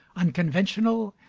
unconventional,